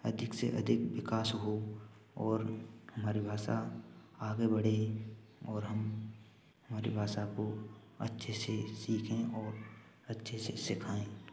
अधिक से अधिक विकास हो और हमारी भाषा आगे बढ़े और हम हमारी भाषा को अच्छे से सीखें और अच्छे से सिखाएँ